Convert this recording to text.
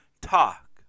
Talk